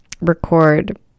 record